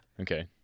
Okay